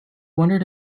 wondered